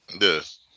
Yes